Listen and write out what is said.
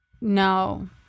No